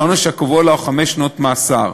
שהעונש הקבוע לה הוא חמש שנות מאסר.